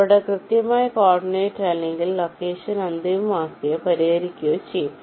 അവരുടെ കൃത്യമായ കോർഡിനേറ്റ് അല്ലെങ്കിൽ ലൊക്കേഷൻ അന്തിമമാക്കുകയോ പരിഹരിക്കുകയോ ചെയ്യും